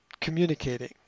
communicating